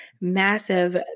massive